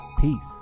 peace